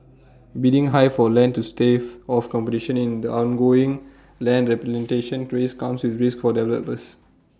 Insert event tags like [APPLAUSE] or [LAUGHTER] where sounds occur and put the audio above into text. bidding high for land to stave off competition in the ongoing land [UNINTELLIGIBLE] race comes with risks for developers